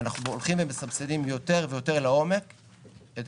ואנחנו הולכים ומסבסדים יותר ויותר לעומק את